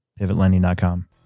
pivotlending.com